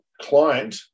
client